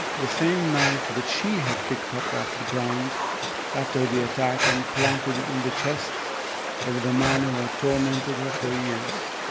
the same knife that she had picked up off the ground after the attack and planted it in the chest of the man who had tormented her for years.